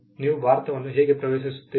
ನೀವು ಭಾರತವನ್ನು ಹೇಗೆ ಪ್ರವೇಶಿಸುತ್ತೀರಿ